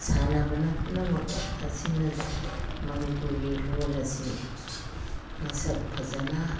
ꯁꯥꯟꯅꯕꯅ ꯄꯨꯝꯅꯃꯛ ꯑꯁꯤ ꯃꯅꯤꯄꯨꯔꯒꯤ ꯂꯣꯟ ꯑꯁꯤ ꯃꯁꯛ ꯐꯖꯅ